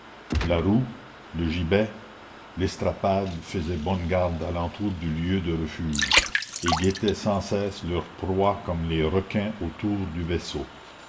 la roue le gibet l'estrapade faisaient bonne garde à l'entour du lieu de refuge et guettaient sans cesse leur proie comme les requins autour du vaisseau